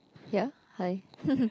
ya hi